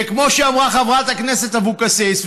וכמו שאמרה חברת הכנסת אבקסיס,